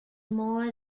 more